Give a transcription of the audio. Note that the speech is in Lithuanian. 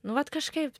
nu vat kažkaip